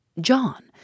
John